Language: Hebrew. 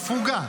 הפוגה.